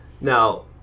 now